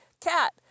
Cat